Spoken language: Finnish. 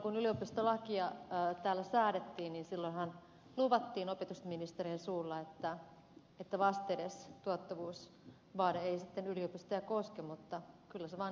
kun yliopistolakia täällä säädettiin silloinhan luvattiin opetusministerin suulla että vastedes tuottavuusvaade ei sitten yliopistoja koske mutta kyllä se vaan edelleen koskee